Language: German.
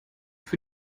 für